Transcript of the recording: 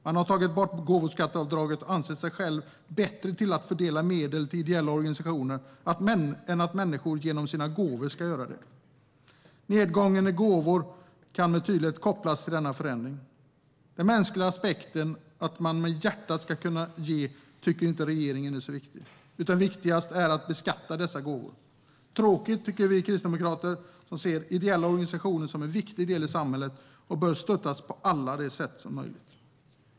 Man har tagit bort gåvoskatteavdraget och anser sig själv bättre att fördela medel till ideella organisationer än att människor genom sina gåvor ska göra det. Nedgången av gåvor kan med tydlighet kopplas till denna förändring. Den mänskliga aspekten att man ska kunna ge med hjärtat tycker regeringen inte är så viktig, utan viktigast är att beskatta dessa gåvor. Det tycker vi kristdemokrater är tråkigt som ser ideella organisationer som en viktig del av samhället som bör stöttas på alla sätt som är möjliga.